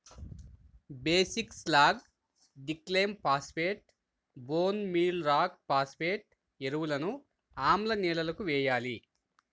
basic slag, డిక్లైమ్ phosphate, bone meal rock phosphate ఎరువులను ఆమ్ల నేలలకు వేయాలి